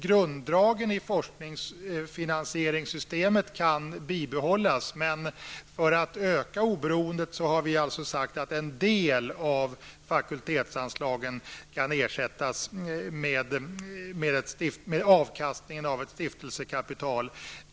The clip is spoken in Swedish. Grunddragen i forskningsfinansieringssystemet kan alltså bibehållas. Men för att öka oberoendet har vi sagt att en del av fakultetsanslagen kan ersättas med avkastningen av ett stiftelsekapital.